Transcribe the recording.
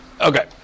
Okay